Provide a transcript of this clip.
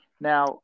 Now